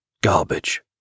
Garbage